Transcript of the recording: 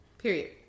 Period